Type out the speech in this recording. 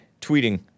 tweeting